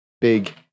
big